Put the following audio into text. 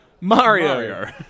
Mario